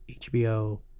HBO